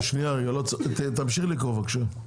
תמשיך לקרוא בבקשה.